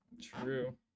True